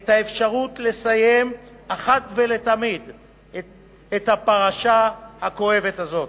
את האפשרות לסיים אחת ולתמיד את הפרשה הכואבת הזאת.